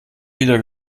wieder